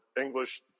English